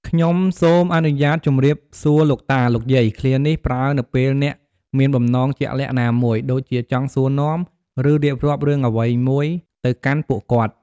"ខ្ញុំសូមអនុញ្ញាតជម្រាបសួរលោកតា លោកយាយ!" ឃ្លានេះប្រើនៅពេលអ្នកមានបំណងជាក់លាក់ណាមួយ ដូចជាចង់សួរនាំ ឬរៀបរាប់រឿងអ្វីមួយទៅកាន់ពួកគាត់។